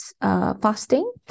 fasting